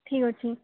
ଠିକ୍ ଅଛି